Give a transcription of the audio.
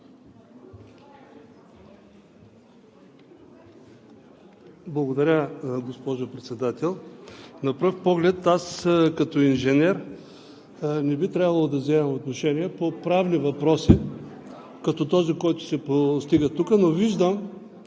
Благодаря, госпожо Председател. На пръв поглед аз като инженер не би трябвало да вземам отношение по правни въпроси като този, който се повдига тук, но виждам